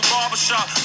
Barbershop